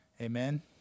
Amen